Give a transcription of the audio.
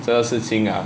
这个事情啊